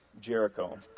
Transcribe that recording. Jericho